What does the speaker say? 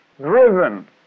driven